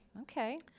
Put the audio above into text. Okay